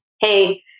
Hey